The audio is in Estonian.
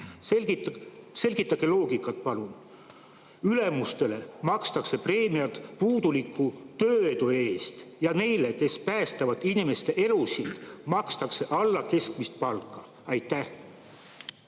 Selgitage seda loogikat palun! Ülemustele makstakse preemiat puuduliku tööedu eest, aga neile, kes päästavad inimeste elusid, makstakse alla keskmise palga. Aitäh!